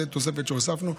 זו תוספת שהוספנו.